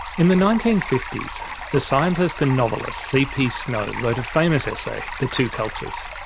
in the nineteen fifty s the scientist and novelist c. p. snow wrote a famous essay the two cultures.